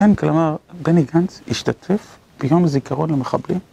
‫הם, כלומר, בני גנץ השתתף ‫ביום הזיכרון למחבלים.